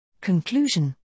Conclusion